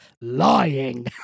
lying